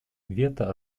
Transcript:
вето